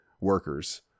workers